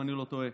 אם אני לא טועה,